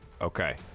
Okay